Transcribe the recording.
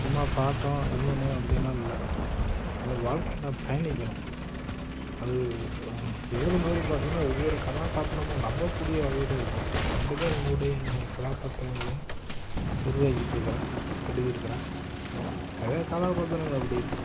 சும்மா பார்த்தோம் எழுதினோம் அப்படிலா இல்லை அந்த வாழ்க்கையை பயணிக்கணும் அது இப்போ எழுதும்போது பார்த்தீனா ஒவ்வொரு கதாபாத்திரமும் நம்பக்கூடிய வகையில் இருக்கணும் அப்படிதான் என்னுடைய என் கதாபாத்திரங்களையும் உருவாக்கிட்ருக்குறேன் எழுதியிருக்கிறேன் நிறையா கதாபாத்திரங்கள் அப்படி இருக்குது